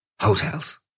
hotels